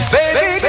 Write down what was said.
Baby